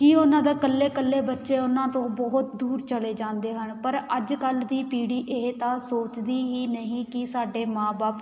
ਕਿ ਉਹਨਾਂ ਦਾ ਇਕੱਲੇ ਇਕੱਲੇ ਬੱਚੇ ਉਹਨਾਂ ਤੋਂ ਬਹੁਤ ਦੂਰ ਚਲੇ ਜਾਂਦੇ ਹਨ ਪਰ ਅੱਜ ਕੱਲ੍ਹ ਦੀ ਪੀੜ੍ਹੀ ਇਹ ਤਾਂ ਸੋਚਦੀ ਹੀ ਨਹੀਂ ਕਿ ਸਾਡੇ ਮਾਂ ਬਾਪ